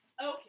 Okay